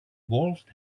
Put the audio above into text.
wolfed